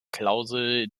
klausel